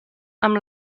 amb